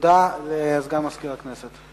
הודעה לסגן מזכיר הכנסת.